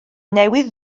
newydd